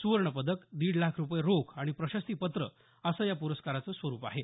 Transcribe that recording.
सुवर्णपदक दीड लाख रूपये रोख आणि प्रशस्तिपत्र असं प्रस्काराचं स्वरूप आहे